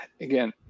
Again